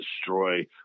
destroy